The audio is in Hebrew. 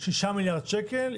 6 מיליארד שקל,